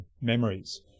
memories